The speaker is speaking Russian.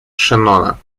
шеннона